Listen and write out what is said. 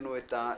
בפנינו את הנושא.